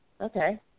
okay